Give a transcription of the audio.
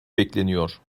bekleniyor